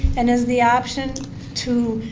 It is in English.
and is the option to